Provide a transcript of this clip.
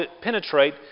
penetrate